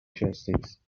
justice